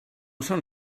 són